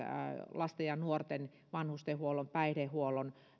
lasten ja nuorten palveluitten vanhustenhuollon päihdehuollon